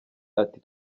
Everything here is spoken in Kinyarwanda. ati